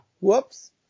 Whoops